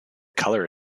colour